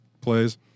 plays